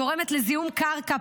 גורמת לזיהום קרקע,